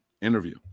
interview